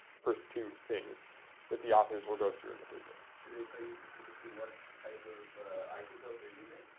first two things that the authors will go through in the paper. do they tell you specifically what type of isotope they're using?